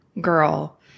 girl